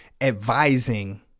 advising